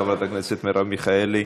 חברת הכנסת מרב מיכאלי,